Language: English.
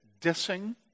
dissing